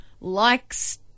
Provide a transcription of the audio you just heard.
likes